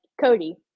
Cody